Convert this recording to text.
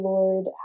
Lord